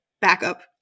backup